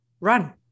run